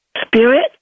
spirit